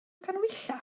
ganhwyllau